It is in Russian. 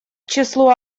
числу